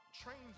trains